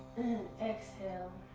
exhale,